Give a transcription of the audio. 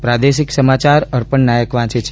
પ્રાદેશિક સમાચાર અર્પણ નાયક વાંચે છે